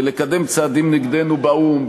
בלקדם צעדים נגדנו באו"ם,